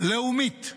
לאומית,